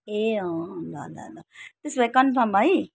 ए ल ल ल त्यसो भए कन्फर्म है